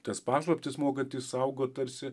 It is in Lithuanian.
tas paslaptis mokantys saugot tarsi